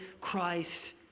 Christ